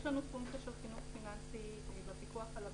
יש לנו פונקציה של חינוך פיננסי בפיקוח על הבנקים,